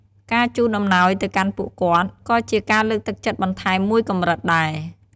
ការជូនអំណោយទៅកាន់ពួកគាត់ ក៏ជាការលើកទឹកចិត្តបន្ថែមមួយកម្រិតដែរ។